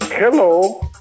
Hello